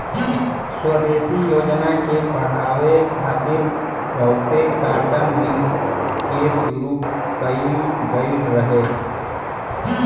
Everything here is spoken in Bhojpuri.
स्वदेशी योजना के बढ़ावे खातिर बहुते काटन मिल के शुरू कइल गइल रहे